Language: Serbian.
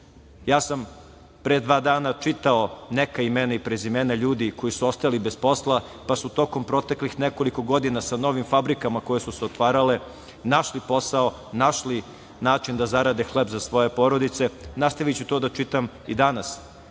posla. Pre dva nada sam čitao neka imena i prezimena ljudi koji su ostajali bez posla, pa su tokom proteklih nekoliko godina sa novim fabrikama koje su se otvarale našli posao, našli način da zarade hleb za svoje porodice. nastaviću to da čitam i danas. Samo